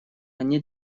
они